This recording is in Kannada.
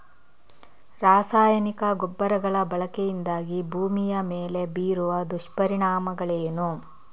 ರಾಸಾಯನಿಕ ಗೊಬ್ಬರಗಳ ಬಳಕೆಯಿಂದಾಗಿ ಭೂಮಿಯ ಮೇಲೆ ಬೀರುವ ದುಷ್ಪರಿಣಾಮಗಳೇನು?